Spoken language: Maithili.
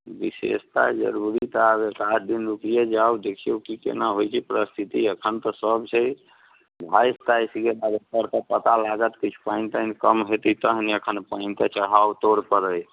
विशेषता जरूर तऽ आएब एक आध दिन रुकिये जाउ देखियौ कि केना होइत छै परस्थिति एखन तऽ सब छै भाषि ताषि जिलास्तर पर पता लागत पानि तानि कम होयतै तहने एखन पानिके चढ़ाव जोर पर अइ